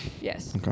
Yes